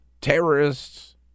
terrorists